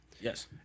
Yes